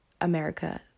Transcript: America